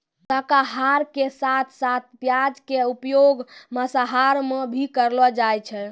शाकाहार के साथं साथं प्याज के उपयोग मांसाहार मॅ भी करलो जाय छै